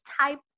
type